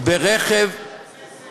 גברתי היושבת-ראש,